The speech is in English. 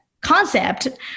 concept